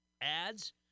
ads